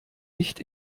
nicht